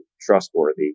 trustworthy